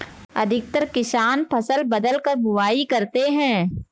अधिकतर किसान फसल बदलकर बुवाई करते है